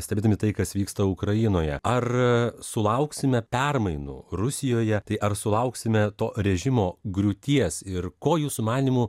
stebėdami tai kas vyksta ukrainoje ar sulauksime permainų rusijoje tai ar sulauksime to režimo griūties ir ko jūsų manymu